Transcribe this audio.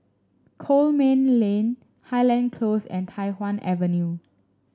Coleman Lane Highland Close and Tai Hwan Avenue